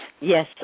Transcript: Yes